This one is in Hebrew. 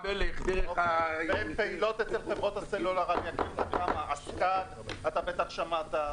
והן פעילות אצל חברות הסלולר: --- אתה בטח שמעת,